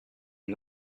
les